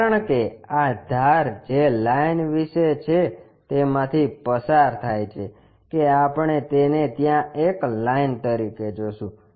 કારણ કે આ ધાર જે લાઈન વિશે છે તેમાંથી પસાર થાય છે કે આપણે તેને ત્યાં એક લાઇન તરીકે જોશું